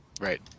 Right